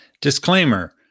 Disclaimer